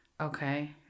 Okay